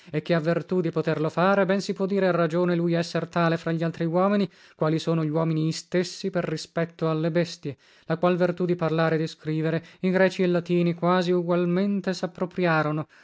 e chi ha vertù di poterlo fare ben si può dire a ragione lui esser tale fra glaltri uomini quali sono gluomini istessi per rispetto alle bestie la qual vertù di parlare e di scrivere i greci e latini quasi ugualmente sappropriarono onde le